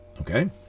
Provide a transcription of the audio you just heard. okay